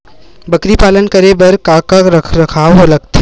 बकरी पालन करे बर काका रख रखाव लगथे?